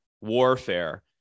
warfare